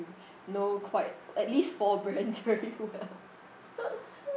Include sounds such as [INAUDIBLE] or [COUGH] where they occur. know quite at least four brands very well [LAUGHS]